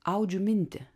audžiu mintį